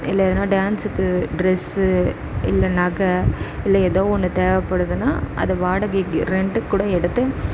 இல்லை எதுனா டான்ஸுக்கு ட்ரெஸ்ஸு இல்லை நகை இல்லை ஏதோ ஒன்று தேவைப்படுதுன்னா அதை வாடகைக்கு ரெண்ட்டுக்கு கூட எடுத்து